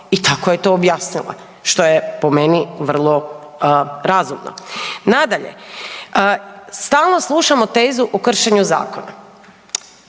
i tako je to objasnila, što je po meni vrlo razumno. Nadalje, stalno slušamo tezu o kršenju zakona